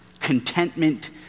Contentment